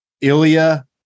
Ilya